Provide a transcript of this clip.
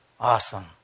Awesome